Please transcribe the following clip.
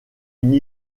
une